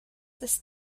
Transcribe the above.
ist